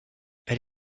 elle